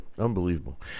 Unbelievable